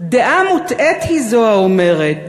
"דעה מוטעית היא זו האומרת